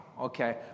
okay